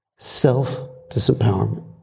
Self-disempowerment